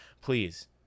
please